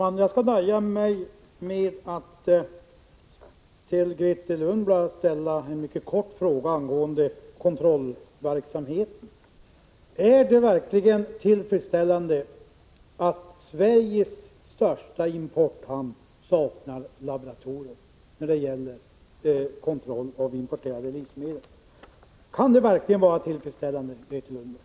Herr talman! Jag skall till Grethe Lundblad ställa en mycket kort fråga angående kontrollverksamheten: Är det verkligen tillfredsställande att Sveriges största importhamn saknar laboratorium för kontroll av importerade livsmedel?